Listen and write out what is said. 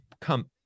come